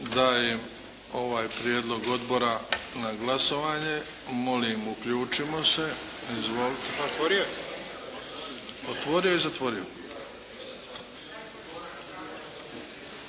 dajem ovaj prijedlog Odbora na glasovanje. Molim, uključimo se. Izvolite. Otvorio i zatvorio.